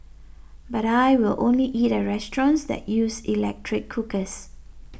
but I will only eat at restaurants that use electric cookers